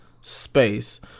space